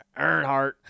Earnhardt